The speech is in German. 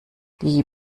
die